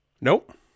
Nope